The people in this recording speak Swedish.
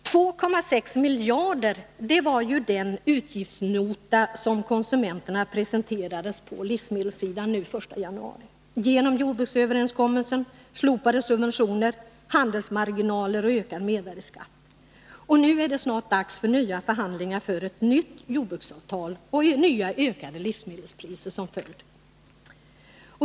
2,6 miljarder kronor uppgick ju den utgiftsnota på livsmedelssidan till som presenterades konsumenterna den 1 januari till följd av jordbruksöverenskommelsen, slopade subventioner, handelsmarginaler och ökad mervärde skatt. Och nu är det snart dags för nya förhandlingar om ett nytt jordbruksavtal med nya ökade livsmedelspriser som följd.